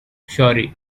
sorry